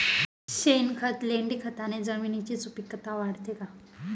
शेणखत, लेंडीखताने जमिनीची सुपिकता वाढते का?